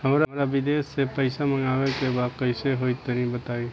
हमरा विदेश से पईसा मंगावे के बा कइसे होई तनि बताई?